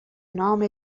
نام